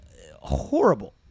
horrible